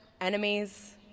enemies